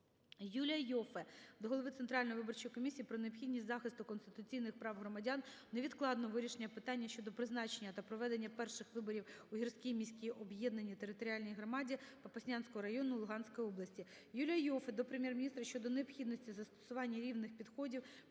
Юлія Іоффе до голови Центральної виборчої комісії про необхідність захисту конституційних прав громадян, невідкладного вирішення питання щодо призначення та проведення перших виборів у Гірській міській об'єднаній територіальній громадіПопаснянського району Луганської області. Юлія Іоффе до Прем'єр-міністра щодо необхідності застосування рівних підходів